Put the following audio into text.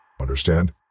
Understand